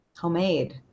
homemade